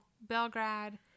Belgrade